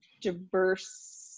diverse